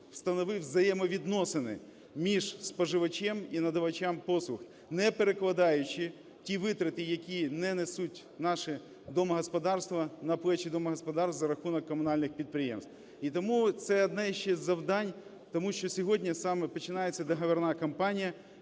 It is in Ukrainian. встановив взаємовідносини між споживачем і надавачами послуг, не перекладаючи ті витрати, які не несуть наші домогосподарства, на плечі домогосподарств за рахунок комунальних підприємств. І тому це одне іще з завдань, тому що сьогодні саме починається договірна кампанія,